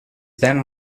then